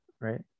right